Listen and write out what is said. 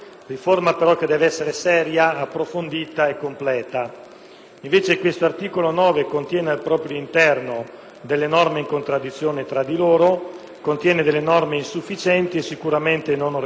Invece, quest'articolo 9 contiene al proprio interno delle norme in contraddizione tra di loro, norme insufficienti e sicuramente non organiche, tanto è vero che lo stesso relatore e mi pare addirittura